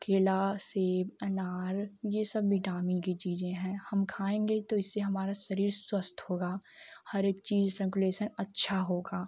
केला सेब अनार यह सब विटामिन की चीज़ हैं हम खाएँगे तो इससे हमारा शरीर स्वस्थ होगा हर एक चीज़ संकुलेशन अच्छा होगा